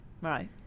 right